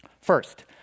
First